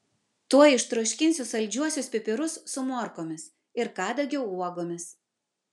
tuoj ištroškinsiu saldžiuosius pipirus su morkomis ir kadagio uogomis